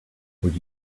would